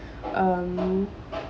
um